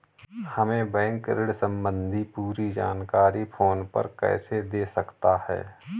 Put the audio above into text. हमें बैंक ऋण संबंधी पूरी जानकारी फोन पर कैसे दे सकता है?